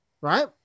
right